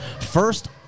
First